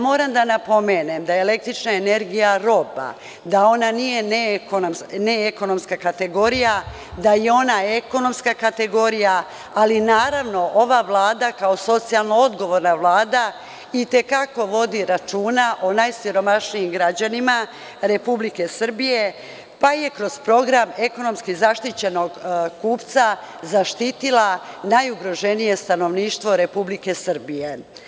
Moram da napomenem da je električna energija roba, da ona nije neekonomska kategorija, da je ona ekonomska kategorija, ali ova Vlada kao socijalno odgovorna Vlada i te kako vodi računa o najsiromašnijim građanima Republike Srbije, pa je kroz program ekonomsko zaštićenog kupca zaštitila najugroženije stanovništvo Republike Srbije.